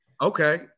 Okay